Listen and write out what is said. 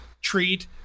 treat